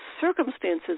circumstances